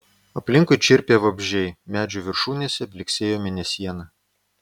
aplinkui čirpė vabzdžiai medžių viršūnėse blyksėjo mėnesiena